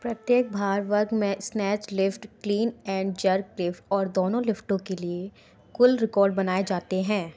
प्रत्येक भार वर्ग में snatch lift clean and jerk lift और दोनों लिफ्टों के लिए कुल रिकॉर्ड बनाए जाते हैं